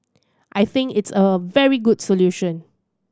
I think it's a very good solution